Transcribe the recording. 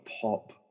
pop